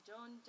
John